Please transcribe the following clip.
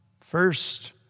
First